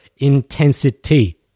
intensity